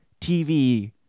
TV